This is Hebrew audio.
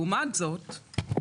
לעומת זאת,